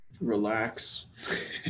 Relax